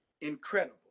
incredible